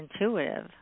intuitive